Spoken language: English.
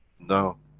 now.